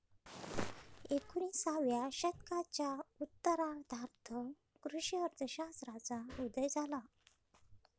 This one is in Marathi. एकोणिसाव्या शतकाच्या उत्तरार्धात कृषी अर्थ शास्त्राचा उदय झाला